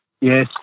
Yes